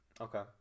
Okay